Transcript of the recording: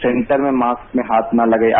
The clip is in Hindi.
सेंटर में मास्क में हाथ न लगाइए